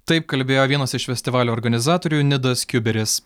taip kalbėjo vienas iš festivalio organizatorių nidas kiuberis